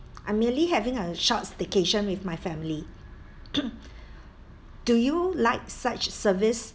I'm merely having a short staycation with my family do you like such service